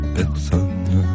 personne